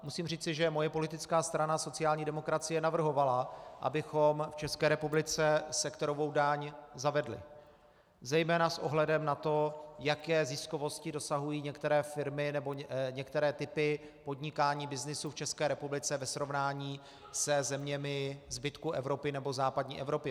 Musím říci, že moje politická strana sociální demokracie navrhovala, abychom v České republice sektorovou daň zavedli, zejména s ohledem na to, jaké ziskovosti dosahují některé firmy nebo některé typy podnikání, byznysu v České republice ve srovnání se zeměmi zbytku Evropy, nebo západní Evropy.